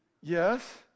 Yes